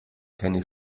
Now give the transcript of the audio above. keine